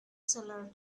seller